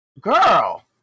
Girl